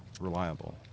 reliable